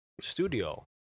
studio